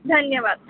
धन्यवाद